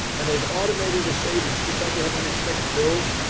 and they've automated a savings, just like they have unexpected bills.